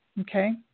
Okay